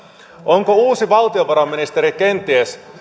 onko uusi valtiovarainministeri kenties